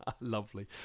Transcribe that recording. Lovely